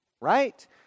Right